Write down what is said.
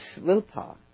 willpower